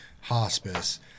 hospice